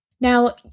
Now